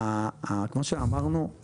כמו שאמרנו,